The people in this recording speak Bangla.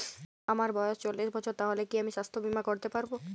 আমার বয়স চল্লিশ বছর তাহলে কি আমি সাস্থ্য বীমা করতে পারবো?